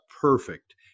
perfect